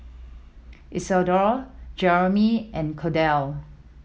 Isidore Jeannine and Cordell